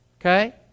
okay